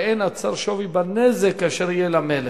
אין הצר שווה בנזק אשר יהיה למלך.